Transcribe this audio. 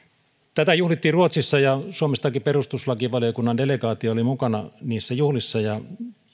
tätä juhlittiin ruotsissa ja suomestakin perustuslakivaliokunnan delegaatio oli mukana niissä juhlissa ja